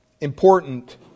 important